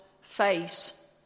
face